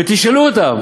ותשאלו אותם: